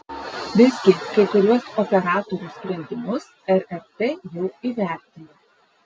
visgi kai kuriuos operatorių sprendimus rrt jau įvertino